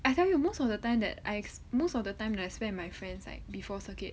I tell you most of the time that I most of the time that I spend my friends like before circuit